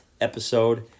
episode